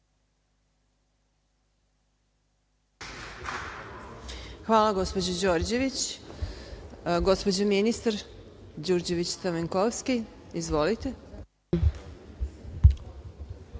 Hvala, gospođo Đorđević. Gospođa ministar Đurđević Stamenkovski. Izvolite.